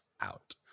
out